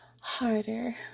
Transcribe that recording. harder